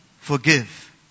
forgive